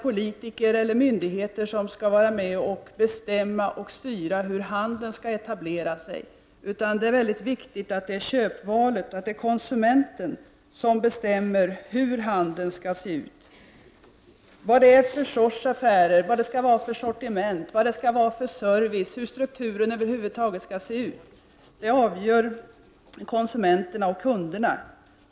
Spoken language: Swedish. Politiker och myndigheter skall inte vara med och bestämma och styra hur handeln skall etablera sig, utan det är mycket viktigt att det är köpvalet, konsumenten, som bestämmer hur handeln skall se ut. Vad det är för sorts affärer, vad det skall vara för sortiment, vad det skall vara för service, hur strukturen över huvud taget skall se ut avgör konsumenterna och kunderna.